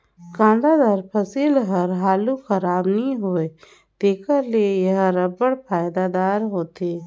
कांदादार फसिल हर हालु खराब नी होए तेकर ले एहर अब्बड़ फएदादार होथे